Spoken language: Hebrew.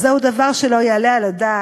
והיא מהססת,